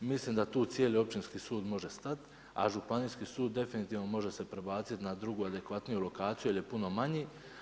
Mislim da tu cijeli općinski sud može stati, a županijski sud definitivno može se prebaciti na drugu adekvatniju lokaciju jer je puno manji.